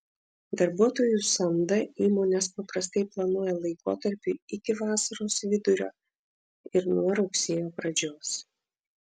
darbuotojų samdą įmonės paprastai planuoja laikotarpiui iki vasaros vidurio ir nuo rugsėjo pradžios